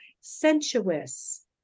sensuous